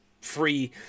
free